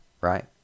right